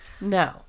No